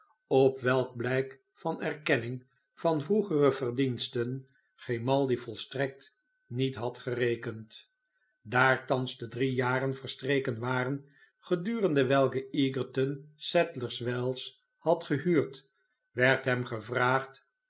op welk blijk van erkenning van vroegere verdiensten grimaldi volstrekt niet had gerekend daar thans de drie jaren verstreken waren gedurende welke egerton sadlers wells had gehuurd werd hem gevraagd